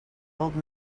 old